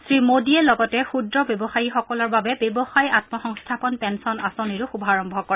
শ্ৰীমোদীয়ে লগতে ক্ষুদ্ৰ ব্যৱসায়ীসকলৰ বাবে ব্যৱসায় আম্ম সংস্থাপন পেন্সন আঁচনিৰো শুভাৰম্ভ কৰে